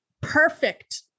perfect